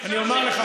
אני אומר לך,